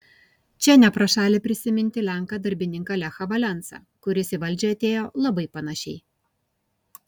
čia ne pro šalį prisiminti lenką darbininką lechą valensą kuris į valdžią atėjo labai panašiai